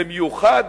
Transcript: במיוחד